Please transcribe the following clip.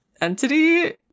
entity